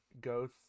go